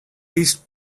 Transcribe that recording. least